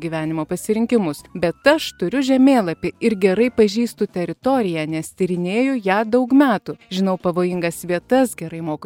gyvenimo pasirinkimus bet aš turiu žemėlapį ir gerai pažįstu teritoriją nes tyrinėju ją daug metų žinau pavojingas vietas gerai moku